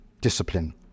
discipline